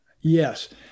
Yes